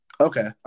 Okay